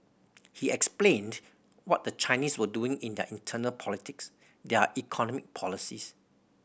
he explained what the Chinese were doing in their internal politics their economic policies